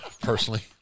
personally